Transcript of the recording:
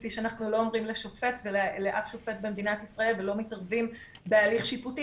כפי שאנחנו לא אומרים לאף שופט במדינת ישראל ולא מתערבים בהליך שיפוטי.